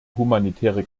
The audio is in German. humanitäre